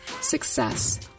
success